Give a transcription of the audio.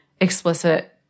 explicit